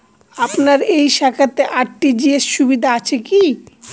আপনার এই শাখাতে আর.টি.জি.এস সুবিধা আছে কি?